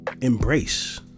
Embrace